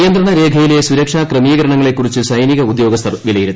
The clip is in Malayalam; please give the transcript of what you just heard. നിയന്ത്രണരേഖയിലെ സുരക്ഷാ ക്രമീകരണങ്ങളെ കുറിച്ച് സൈനിക ഉദ്യോഗസ്ഥർ വിലയിരുത്തി